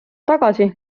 tagasi